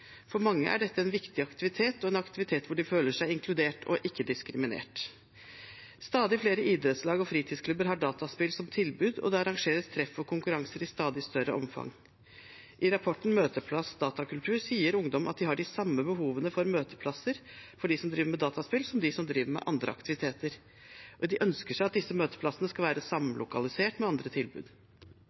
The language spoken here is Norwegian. For mange er dette en viktig aktivitet og en aktivitet hvor de føler seg inkludert og ikke diskriminert. Stadig flere idrettslag og fritidsklubber har dataspill som tilbud, og det arrangeres treff og konkurranser i stadig større omfang. I rapporten Møteplass Datakultur sier ungdom at det er de samme behovene for møteplasser for dem som driver med dataspill, som for dem som driver med andre aktiviteter. De ønsker at disse møteplassene skal være samlokalisert med andre tilbud.